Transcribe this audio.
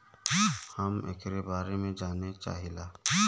हम एकरे बारे मे जाने चाहीला?